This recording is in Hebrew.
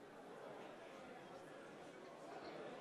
מצביעה